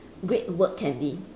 great work candy